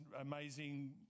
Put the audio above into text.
amazing